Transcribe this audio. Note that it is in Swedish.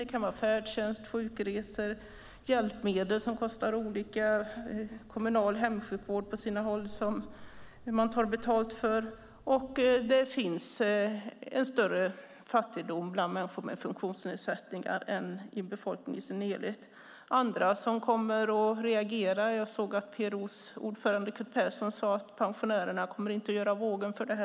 Det kan vara färdtjänst, sjukresor och hjälpmedel som kostar olika mycket. Kommunal hemsjukvård tar man betalt för på sina håll. Det finns en större fattigdom bland människor med funktionsnedsättningar än i befolkningen i dess helhet. Andra reagerar. Jag såg att PRO:s ordförande Curt Persson sade att pensionärerna inte kommer att göra vågen för detta.